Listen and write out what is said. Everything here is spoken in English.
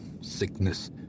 sickness